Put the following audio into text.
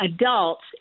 adults